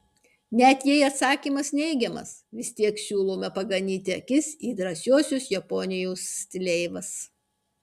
net jei atsakymas neigiamas vis tiek siūlome paganyti akis į drąsiuosius japonijos stileivas